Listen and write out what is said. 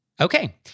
Okay